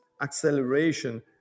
acceleration